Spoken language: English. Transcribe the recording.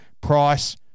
Price